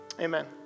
Amen